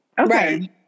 Okay